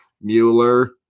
Mueller